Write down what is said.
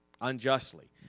unjustly